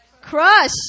crush